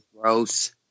gross